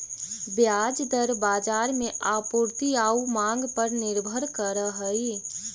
ब्याज दर बाजार में आपूर्ति आउ मांग पर निर्भर करऽ हइ